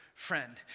Friend